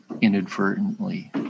inadvertently